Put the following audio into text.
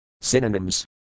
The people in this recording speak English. Synonyms